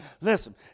listen